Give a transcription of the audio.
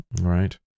right